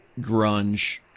grunge